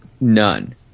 none